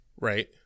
Right